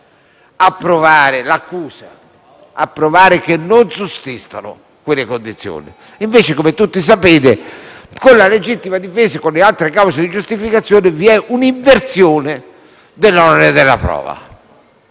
a provare l'accusa, a provare che non sussistono quelle condizioni. Invece - come tutti sapete - con la legittima difesa e con le altre cause di giustificazione, vi è un'inversione dell'onere della prova: